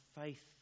faith